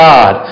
God